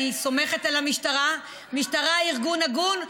אני סומכת על המשטרה, המשטרה היא ארגון הגון.